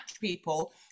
people